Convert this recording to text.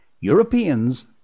Europeans